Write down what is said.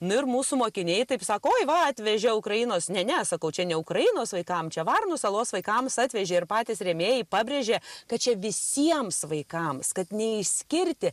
nu ir mūsų mokiniai taip sako oi va atvežė ukrainos ne ne sakau čia ne ukrainos vaikam čia varnų salos vaikams atvežė ir patys rėmėjai pabrėžė kad čia visiems vaikams kad neišskirti